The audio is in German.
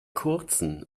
kurzen